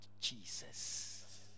Jesus